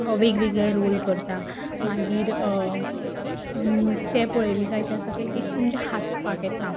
वेगवेगळे रोल करता मागीर तें पळयलें काय जे आसा ते एक म्हणजे हांसपाक येता